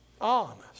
Honest